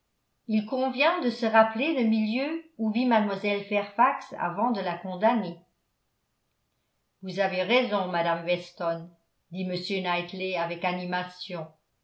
il convient de se rappeler le milieu où vit mlle fairfax avant de la condamner vous avez raison madame weston dit m knightley avec animation